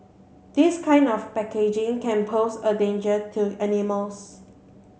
this kind of packaging can pose a danger to animals